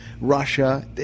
Russia